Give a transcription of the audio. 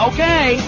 Okay